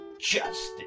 justice